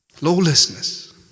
Lawlessness